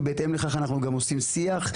ובהתאם לכך אנחנו גם עושים שיח.